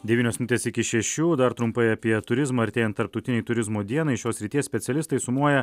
devynios minutės iki šešių dar trumpai apie turizmą artėjant tarptautinei turizmo dienai šios srities specialistai sumuoja